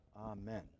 Amen